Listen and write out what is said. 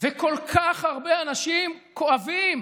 וכל כך הרבה אנשים כואבים